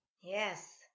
Yes